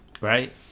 right